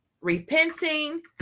repenting